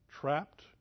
trapped